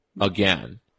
Again